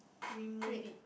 remove it